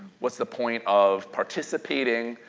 what's the point of participating?